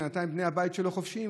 בינתיים בני הבית שלו חופשיים.